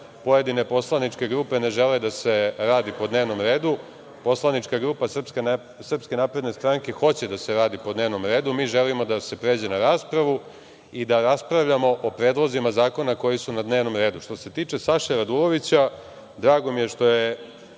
pojedine poslaničke grupe ne žele da se radi po dnevnom redu. Poslanička grupa SNS hoće da se radi po dnevnom redu, mi želimo da se pređe na raspravu i da raspravljamo o predlozima zakona koji su na dnevnom redu. Što se tiče Saše Radulovića, drago mi je pošto je